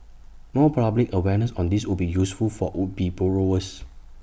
more public awareness on this would be useful for would be borrowers